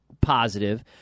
positive